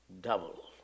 double